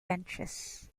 benches